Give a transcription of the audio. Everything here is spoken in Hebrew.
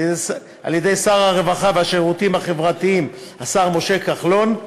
על-ידי שר הרווחה והשירותים החברתיים משה כחלון,